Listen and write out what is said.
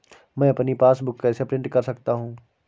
मैं अपनी पासबुक कैसे प्रिंट कर सकता हूँ?